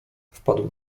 wpadł